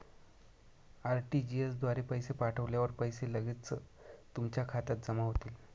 RTGS द्वारे पैसे पाठवल्यावर पैसे लगेच तुमच्या खात्यात जमा होतील